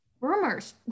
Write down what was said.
rumors